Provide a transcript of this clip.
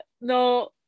no